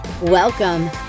Welcome